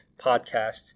podcast